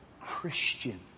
Christian